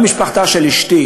גם משפחתה של אשתי